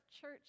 church